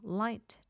light